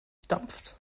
dampft